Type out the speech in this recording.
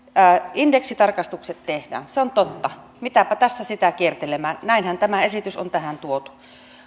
indeksitarkistukset tehdään se on totta mitäpä tässä sitä kiertelemään näinhän tämä esitys on tähän tuotu